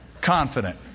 Confident